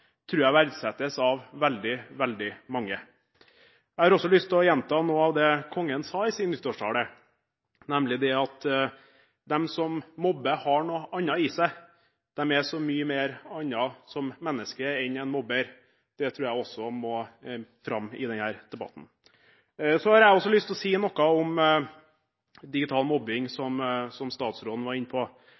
tror jeg verdsettes av veldig mange. Jeg har også lyst til å gjenta noe av det kongen sa i sin nyttårstale, nemlig at de som mobber, har noe annet i seg. De er så mye mer annet som menneske enn en mobber. Det tror jeg også må fram i denne debatten. Så har jeg lyst til å si noe om digital mobbing, som statsråden var inne på.